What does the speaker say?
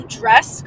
dress